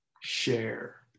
share